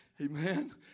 Amen